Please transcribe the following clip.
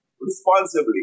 responsibly